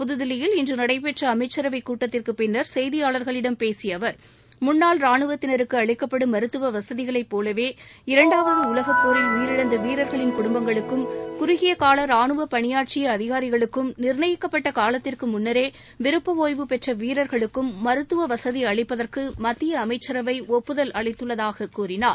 புதுதில்லியில் இன்று நடைபெற்ற அமைச்சரவைக்கூட்டத்திற்கு பின்னர் செய்தியாளர்களிடம் பேசிய அவர் முன்னாள் ரானுவத்தினருக்கு அளிக்கப்படும் மருத்துவ வசதிகளை போலவே இரண்டாவது உலகப்போரில் உயிரிழந்த வீரர்களின் குடும்பங்களுக்கும் குறுகியகால ராணுவ பணியாற்றிய அதிகாரிகளுக்கும் நிர்ணயிக்கப்பட்ட காலத்திற்கு முன்னரே விருப்ப ஓய்வு பெற்ற வீரர்களுக்கும் மருத்துவ வசதி அளிப்பதற்கு மத்திய அமைச்சரவை ஒப்புதல் அளித்துள்ளதாக கூறினார்